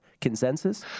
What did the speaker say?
consensus